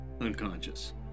unconscious